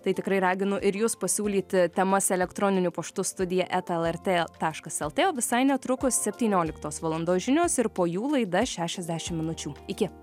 tai tikrai raginu ir jus pasiūlyti temas elektroniniu paštu studija eta lrt taškas lt o visai netrukus septynioliktos valandos žinios ir po jų laida šešiasdešimt minučių iki